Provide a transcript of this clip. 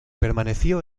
permaneció